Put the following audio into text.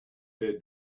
their